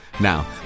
Now